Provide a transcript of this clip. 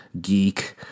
geek